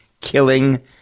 killing